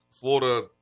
Florida